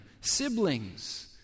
siblings